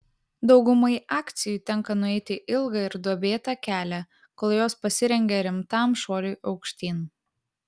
daugumai akcijų tenka nueiti ilgą ir duobėtą kelią kol jos pasirengia rimtam šuoliui aukštyn